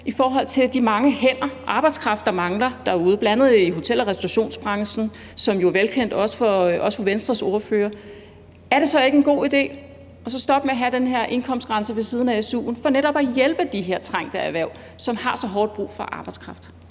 I forhold til de mange hænder, arbejdskraft, der mangler derude, bl.a. i hotel- og restaurationsbranchen – hvilket jo er velkendt også for Venstres ordfører – er det så ikke en god idé at stoppe med at have den her indkomstgrænse ved siden af su'en for netop at hjælpe de her trængte erhverv, som har så hårdt brug for arbejdskraft?